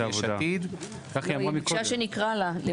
יש עתיד --- היא אמרה שאין לה דעה מיוחדת,